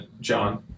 john